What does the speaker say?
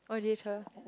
oh Jay-Chou